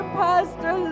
pastor